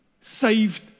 saved